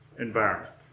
environment